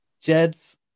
Jed's